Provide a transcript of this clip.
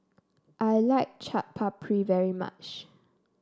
I like Chaat Papri very much